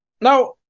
Now